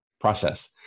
process